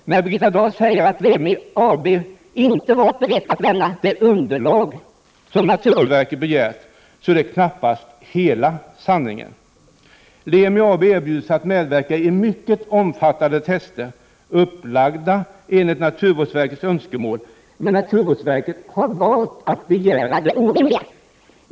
När Birgitta Dahl säger att Lemi AB inte varit berett att lämna det underlag som naturvårdsverket begärt är det knappast hela sanningen. Lemi AB erbjuder sig att medverka i mycket omfattande tester, upplagda enligt naturvårdsverkets önskemål, men naturvårdsverket har valt att begära det orimliga.